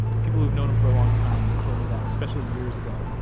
people who've known him for a long time have told me that, especially years ago,